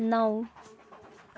नौ